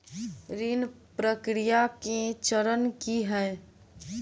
ऋण प्रक्रिया केँ चरण की है?